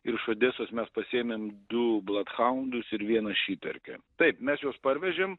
ir iš odesos mes pasiėmėm du bladhaundus ir vieną šiperkę taip mes juos parvežėm